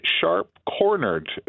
sharp-cornered